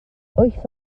wyth